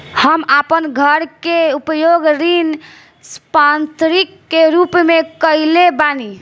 हम आपन घर के उपयोग ऋण संपार्श्विक के रूप में कइले बानी